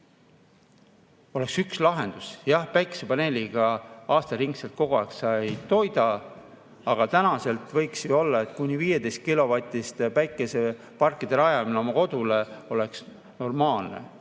Oleks üks lahendus! Jah, päikesepaneeliga aasta ringi, kogu aeg sa [hakkama ei saa], aga täna võiks ju olla, et kuni 15‑kilovatiste päikeseparkide rajamine oma kodule oleks normaalne,